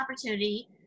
opportunity